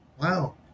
wow